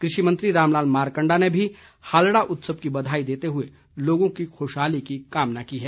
कृषि मंत्री रामलाल मारकंडा ने भी हालडा उत्सव की बधाई देते हुए लोगों की खुशहाली की कामना की है